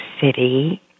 City